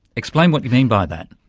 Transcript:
explain what you mean by that.